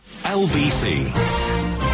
LBC